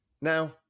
Now